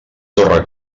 torre